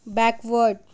backward